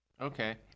Okay